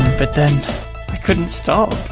but then. i couldn't stop!